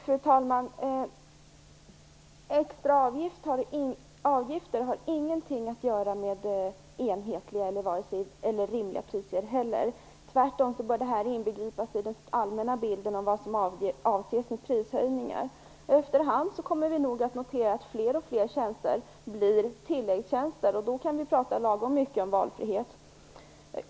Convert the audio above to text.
Fru talman! Extra avgifter har ingenting att göra med vare sig enhetliga eller rimliga priser. Tvärtom bör detta inbegripas i den allmänna bilden av vad som avses med prishöjningar. Efter hand kommer vi nog att notera att fler och fler tjänster blir tilläggstjänster. Då kan vi prata så lagom mycket om valfrihet.